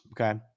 Okay